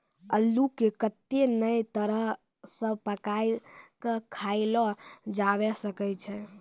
अल्लू के कत्ते नै तरह से पकाय कय खायलो जावै सकै छै